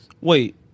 Wait